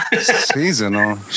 Seasonal